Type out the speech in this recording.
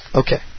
okay